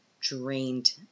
drained